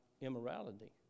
immorality